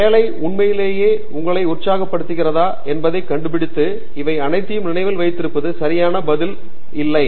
வேலை உண்மையிலேயே உங்களை உற்சாகப்படுத்துகிறதா என்பதை கண்டுபிடித்து இவை அனைத்தையும் நினைவில் வைத்திருப்பது சரியான பதில் இல்லை